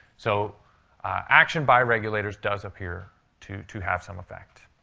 so action by regulators does appear to to have some effect.